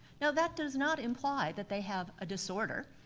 now that does not imply that they have a disorder.